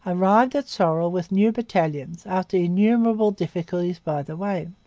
arrived at sorel with new battalions after innumerable difficulties by the way.